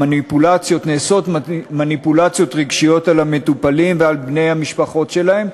שנעשות מניפולציות רגשיות על המטופלים ועל בני המשפחות שלהם,